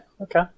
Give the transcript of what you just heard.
okay